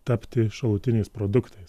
tapti šalutiniais produktais